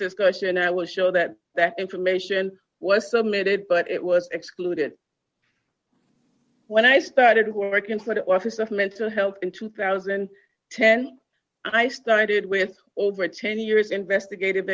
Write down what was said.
discussion i will show that that information was submitted but it was excluded when i started working for the office of mental health in two thousand and ten i started with over ten years investigative